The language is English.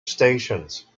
stations